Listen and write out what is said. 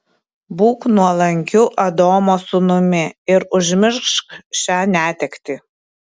būk nuolankiu adomo sūnumi ir užmiršk šią netektį